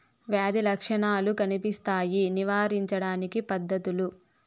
వ్యాధి లక్షణాలు కనిపిస్తాయి నివారించడానికి పద్ధతులు?